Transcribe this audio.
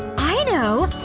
i know!